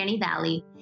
Valley